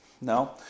No